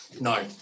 No